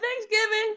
Thanksgiving